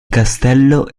castello